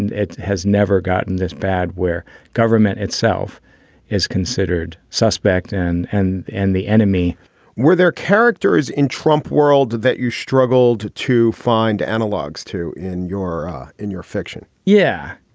and it has never gotten this bad, where government itself is considered suspect and and the enemy were their characters in trump world that you struggled to find analogues to in your in your fiction yeah.